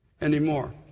...anymore